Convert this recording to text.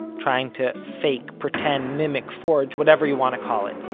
trying to fake, pretend, mimic, forge. whatever you want to call it.